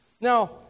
Now